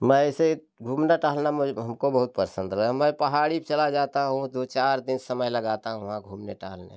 मैं इसे घूमना टहलना मुझे हमको बहुत पसंद रहे मैं पहाड़ी पे चला जाता हूँ दो चार दिन समय लगाता हूँ वहाँ घूमने टहलने में